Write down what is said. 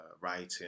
writing